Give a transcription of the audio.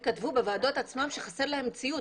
בוועדות עצמן הם כתבו שחסר להם ציוד.